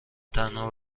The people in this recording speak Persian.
تنها